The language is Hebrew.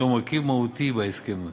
זהו מרכיב מהותי בהסכם הזה.